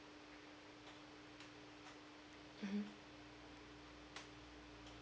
mmhmm